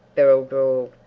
beryl drawled.